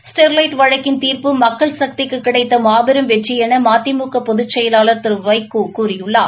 Sterlite வழக்கின் தீர்ப்பு மக்கள் சக்திக்கு கிடைத்த மாபெரும் வெற்றி என மதிமுக பொதுச் செயலாளர் திரு வைகோ கூறியுள்ளார்